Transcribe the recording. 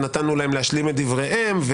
ונתנו להם להשלים את דבריהם,